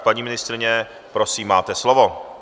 Paní ministryně, prosím, máte slovo.